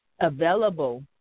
available